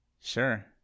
sure